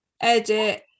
edit